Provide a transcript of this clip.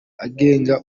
agenga